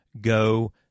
go